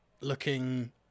looking